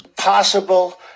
Possible